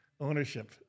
Ownership